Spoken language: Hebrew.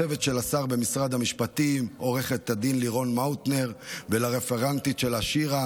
ולצוות של השר במשרד המשפטים: עו"ד לירון מאוטנר והרפרנטית שלה שירה,